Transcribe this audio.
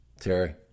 Terry